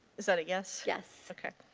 is that a yes? yes. okay.